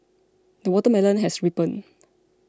the watermelon has ripened